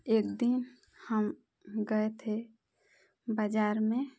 एक दिन हम गए थे बाज़ार में